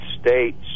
States